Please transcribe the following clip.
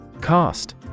Cost